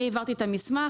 אני העברתי את המסמך,